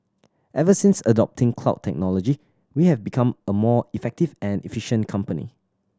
ever since adopting cloud technology we have become a more effective and efficient company